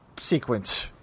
sequence